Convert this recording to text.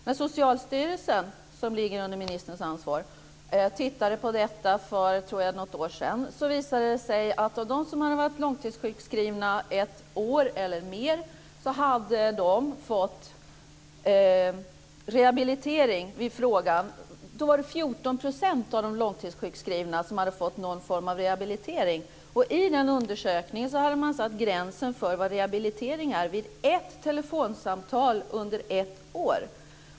När Socialstyrelsen, som ligger under ministerns ansvarsområde, tittade på detta - jag tror att det var för något år sedan - visade det sig att av de tillfrågade som varit långtidssjukskrivna ett år eller mer hade 14 % fått någon form av rehabilitering. I den aktuella undersökningen hade man satt gränsen för rehabilitering vid ett telefonsamtal under ett år.